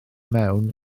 mewn